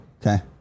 okay